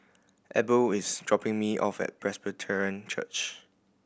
Abel is dropping me off at Presbyterian Church